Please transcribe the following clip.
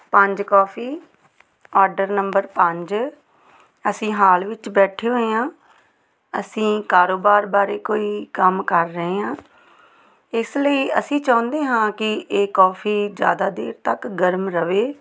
ਪੰਜ coffee order number ਪੰਜ ਅਸੀਂ ਹਾਲ ਵਿੱਚ ਬੈਠੇ ਹੋਏ ਹਾਂ ਅਸੀਂ ਕਾਰੋਬਾਰ ਬਾਰੇ ਕੋਈ ਕੰਮ ਕਰ ਰਹੇ ਹਾਂ ਇਸ ਲਈ ਅਸੀਂ ਚਾਹੁੰਦੇ ਹਾਂ ਕਿ ਇਹ ਕੋਫੀ ਜ਼ਿਆਦਾ ਦੇਰ ਤੱਕ ਗਰਮ ਰਹੇ